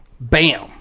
Bam